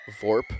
Vorp